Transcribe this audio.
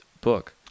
book